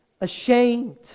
ashamed